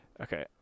Okay